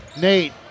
Nate